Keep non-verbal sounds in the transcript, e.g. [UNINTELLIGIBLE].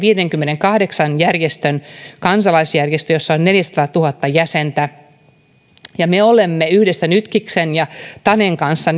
[UNINTELLIGIBLE] viidenkymmenenkahdeksan järjestön kansalaisjärjestö jossa on neljäsataatuhatta jäsentä me olemme yhdessä nytkiksen ja tanen kanssa [UNINTELLIGIBLE]